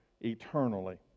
eternally